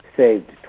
saved